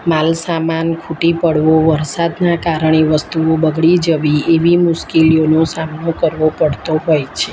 માલસામાન ખૂટી પડવો વરસાદનાં કારણે વસ્તુઓ બગડી જવી એવી મુશ્કેલીઓનો સામનો કરવો પડતો હોય છે